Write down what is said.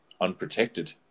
unprotected